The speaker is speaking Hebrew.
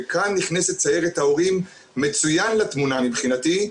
כאן נכנסת סיירת ההורים מצוין לתמונה מבחינתי,